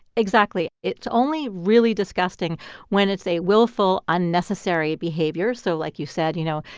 exactly. it's only really disgusting when it's a willful, unnecessary behavior so like you said, you know,